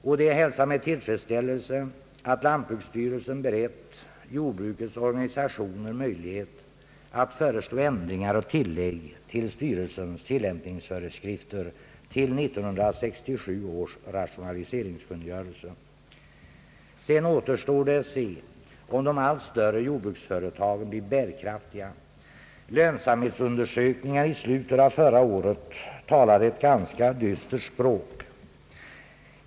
Det är att hälsa med tillfredsställelse att lantbruksstyrelsen berett jordbrukets organisationer möjlighet att föreslå ändringar och tillägg till styrelsens tillämpningsföreskrifter till 1967 års rationali seringskungörelse. Sedan återstår att se, om de allt större jordbruksföretagen blir bärkraftiga. Lönsamhetsundersökningar i slutet av förra året talade ett ganska dystert språk.